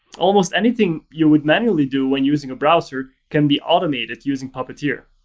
almost anything you would manually do when using a browser can be automated using puppeteer.